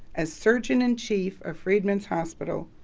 as surgeon and chief of freedman's hospital,